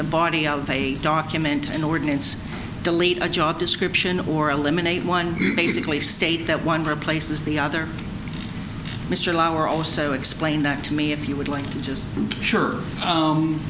the body of a document an ordinance delete a job description or eliminate one basically state that one replaces the other mr lauer also explain that to me if you would like to just sure